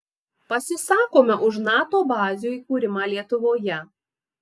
pasisakome už nato bazių įkūrimą lietuvoje